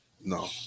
No